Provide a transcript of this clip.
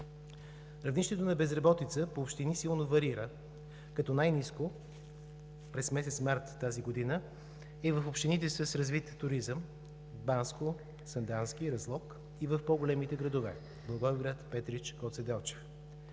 Равнището на безработица по общини силно варира, като най-ниско през месец март тази година е в общините с развит туризъм – Банско, Сандански, Разлог, и в по-големите градове – Благоевград, Петрич, Гоце Делчев.